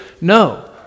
No